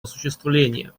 осуществления